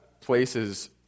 places